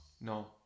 No